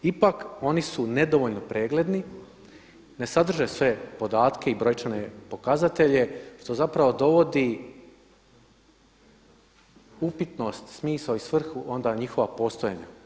Ipak oni su nedovoljno pregledni, ne sadrže sve podatke i brojčane pokazatelje što zapravo dovodi upitnost, smisao i svrhu onda njihova postojanja.